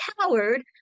coward